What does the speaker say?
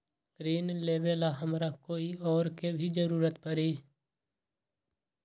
ऋन लेबेला हमरा कोई और के भी जरूरत परी?